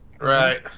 Right